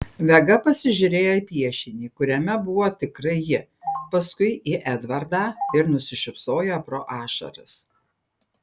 vega pasižiūrėjo į piešinį kuriame buvo tikrai ji paskui į edvardą ir nusišypsojo pro ašaras